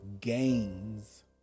gains